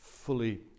Fully